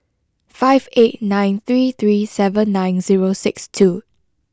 five eight nine three three seven nine zero six two